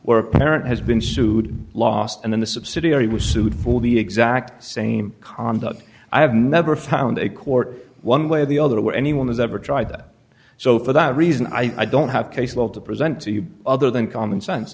a parent has been sued lost and then the subsidiary was sued for the exact same conduct i have never found a court one way or the other or anyone has ever tried that so for that reason i don't have case law to present to you other than common sense